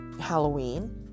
halloween